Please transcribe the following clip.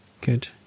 Good